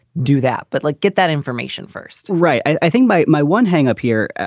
do that. but like get that information first right. i think my my one hangup here,